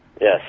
Yes